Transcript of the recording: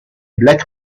black